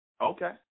Okay